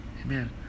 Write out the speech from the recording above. Amen